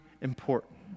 important